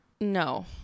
No